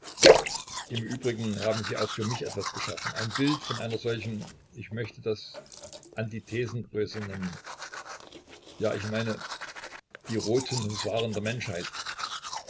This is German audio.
im übrigen haben sie auch für mich etwas geschaffen ein bild von einer solchen ich möchte das antithesengröße nennen ja ich meine die roten husaren der menschheit